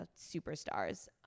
superstars